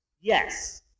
yes